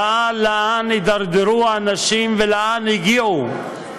ראה לאן הידרדרו האנשים ולאן הגיעו,